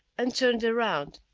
and turned around.